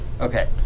Okay